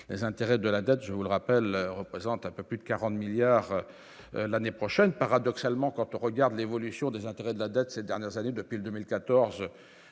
les intérêts de la dette, je vous le rappelle, représente un peu plus de 40 milliards l'année prochaine, paradoxalement, quand on regarde l'évolution des intérêts de la dette ces dernières années, depuis 2014,